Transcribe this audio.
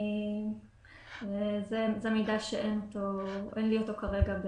זה מידע שאין לי אותו כרגע,